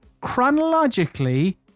chronologically